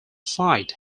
site